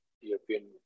European